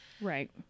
Right